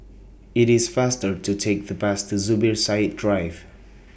IT IS faster to Take The Bus to Zubir Said Drive